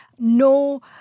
no